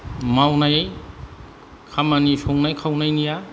मावनाय खामानि संनाय खावनायनिया